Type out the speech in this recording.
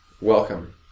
Welcome